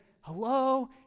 Hello